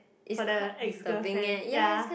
for the ex girlfriend ya